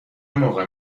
موقع